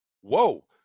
whoa